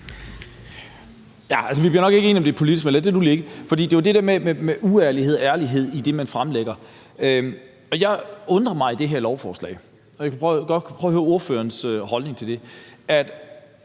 Vi bliver nok ikke enige om det politiske, men lad det nu ligge. For det her vedrører det der med uærlighed eller ærlighed i det, man fremlægger. Jeg undrer mig over noget i det her lovforslag, og jeg vil godt prøve at høre ordførerens holdning til det.